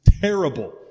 terrible